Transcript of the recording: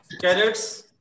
Carrots